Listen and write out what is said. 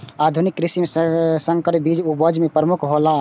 आधुनिक कृषि में संकर बीज उपज में प्रमुख हौला